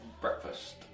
breakfast